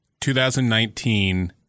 2019